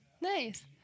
Nice